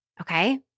okay